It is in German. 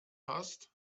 hast